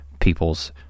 people's